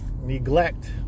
neglect